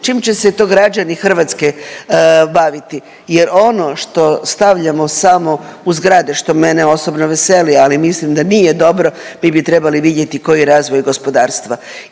čim će se to građani Hrvatske baviti jer ono što stavljamo samo u zgrade, što mene osobno veseli, ali mislim da nije dobro mi bi trebali vidjeti koji je razvoj gospodarstva.